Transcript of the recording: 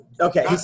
Okay